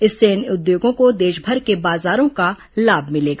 इससे इन उद्योगों को देशभर के बाजारों का लाभ मिलेगा